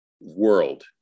world